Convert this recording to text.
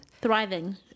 Thriving